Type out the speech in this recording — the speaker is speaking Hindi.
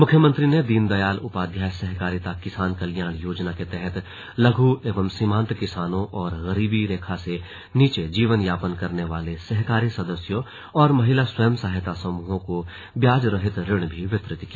मुख्यमंत्री ने दीनदयाल उपाध्याय सहकारिता किसान कल्याण योजना के तहत लघू एवं सीमान्त किसानों और गरीबी रेखा से नीचे जीवन यापन करने वाले सहकारी सदस्यों और महिला स्वयं सहायता समूहों को ब्याज रहित ऋण भी वितरित किया